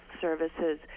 services